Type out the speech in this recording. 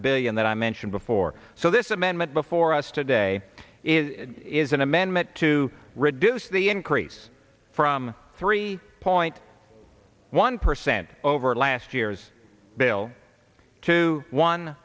billion that i mentioned before so this amendment before us today it is an amendment to reduce the increase from three point one percent over last year's bill to one